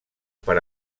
per